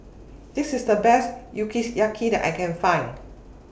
This IS The Best that I Can Find